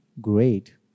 great